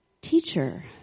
Teacher